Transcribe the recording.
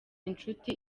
inshuti